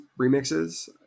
remixes